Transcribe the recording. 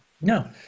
no